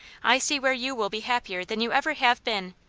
i see where you will be happier than you ever have been.